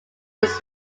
its